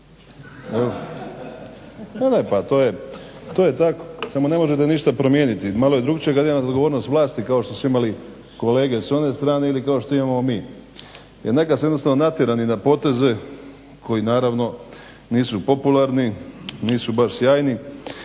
/Smijeh./ To je tako, samo ne možete ništa promijeniti. Malo je drukčije kad imate odgovornost vlasti kao što su imali kolege s one strane ili kao što imamo mi jer nekad ste jednostavno natjerani na poteze koji naravno nisu popularni, nisu baš sjajni